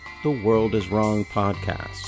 theworldiswrongpodcast